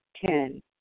Ten